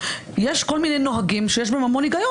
יש כל מיני נוהגים שיש בהם המון היגיון